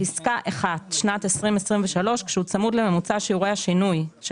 (1) שנת 2023 - "כשהוא צמוד לממוצע שיעורי השינוי של